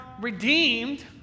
redeemed